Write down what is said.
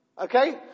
Okay